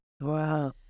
Wow